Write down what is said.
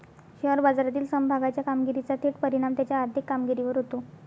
share बाजारातील समभागाच्या कामगिरीचा थेट परिणाम त्याच्या आर्थिक कामगिरीवर होतो